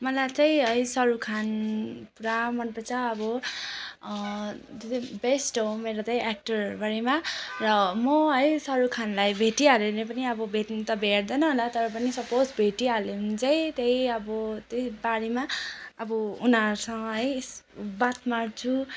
मलाई चाहिँ है शाहरुख खान पुरा मनपर्छ अब बेस्ट हो मेरो चाहिँ एक्टरभरिमा र म है शाहरुख खानलाई भेटिहालेँ भने पनि अब भेट्नु त भेटिँदैन होला तर पनि सपोज भेटिहालेँ भने चाहिँ त्यही अब त्यही बारेमा अब उनीहरूसँग है बात मार्छु